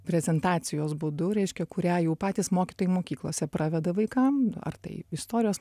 prezentacijos būdu reiškia kurią jau patys mokytojai mokyklose praveda vaikam ar tai istorijos